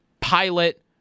Pilot